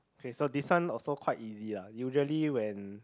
okay so this one also quite easy lah usually when